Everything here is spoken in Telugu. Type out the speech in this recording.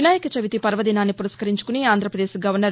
వినాయక చవితి పర్వదినాన్ని పురస్కరించుకుని ఆంధ్రపదేశ్ గవర్నర్